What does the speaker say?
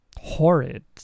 horrid